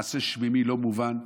מעשה שמיימי לא מובן,